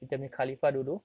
mm